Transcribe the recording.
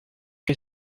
que